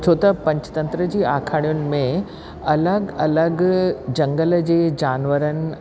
छो त पंच तंत्र जी आखाणियुनि में अलॻि अलॻि झंगल जे जानवरनि